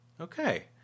Okay